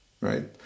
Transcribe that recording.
right